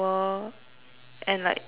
and like illnesses